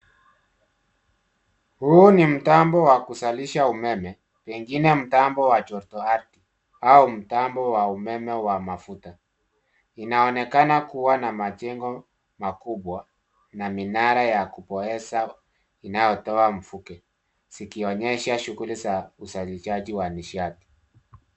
Huu ni mtambo wa kuzalisha umeme, pengine mtambo wa joto ardhi au mtambo wa umeme wa mafuta. Inaonekana kuwa na majengo makubwa na minara ya kupoesha inayotoa mvuke. Zikionyesha shughuli za usafishaji wa nishati.